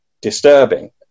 disturbing